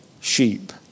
sheep